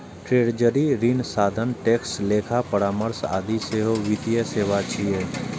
treasury, ऋण साधन, tax, लेखा परामर्श आदि सेहो वित्तीय सेवा छियै